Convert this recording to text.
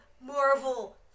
marvel